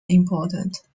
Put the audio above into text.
important